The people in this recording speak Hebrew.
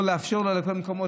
לא לאפשר לו לבקר במקומות.